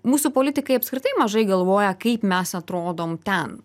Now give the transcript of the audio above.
mūsų politikai apskritai mažai galvoja kaip mes atrodom ten